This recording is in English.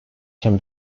can